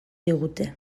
digute